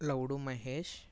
Lavudu Mahesh